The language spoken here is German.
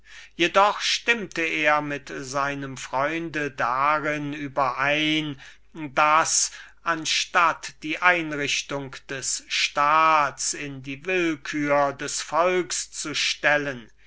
darin stimmte er mit seinem freunde überein daß anstatt die einrichtung des staats in die willkür des volks zu stellen